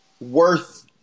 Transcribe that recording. worth